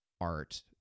art